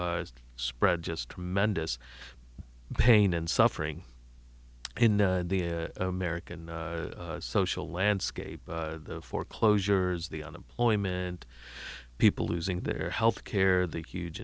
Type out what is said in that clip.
spread just tremendous pain and suffering in the american social landscape the foreclosures the unemployment people losing their health care the huge